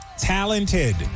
Talented